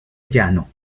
llano